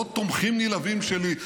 לא תומכים נלהבים שלי,